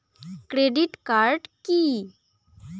Credit card key?